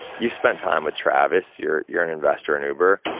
you've spent time with travis, you're you're an investor in uber.